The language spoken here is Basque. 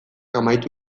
amaitu